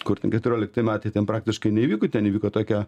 kur ten keturiolikti metai ten praktiškai neįvyko ten įvyko tokia